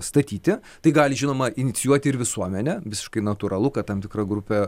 statyti tai gali žinoma inicijuoti ir visuomenė visiškai natūralu kad tam tikra grupė